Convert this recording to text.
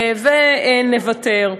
ונוותר.